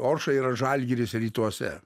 orša yra žalgiris rytuose